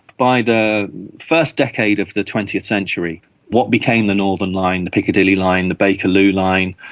by the first decade of the twentieth century what became the northern line, the piccadilly line, the bakerloo line,